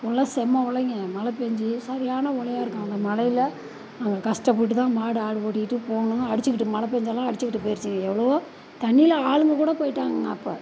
நல்லா செம்ம மழைங்க மழை பெஞ்சி சரியான ஒலையா இருக்கும் அந்த மழையில நாங்கள் கஷ்டப்பட்டு தான் மாடு ஆடு ஓட்டிகிட்டு போகணும் அடிச்சிக்கிட்டு மழை பெஞ்சாலும் அடிச்சிக்கிட்டு போயிருச்சி எவ்வளவோ தண்ணியில் ஆளுங்க கூட போயிட்டாங்கங்க அப்போ